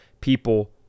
people